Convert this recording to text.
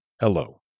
hello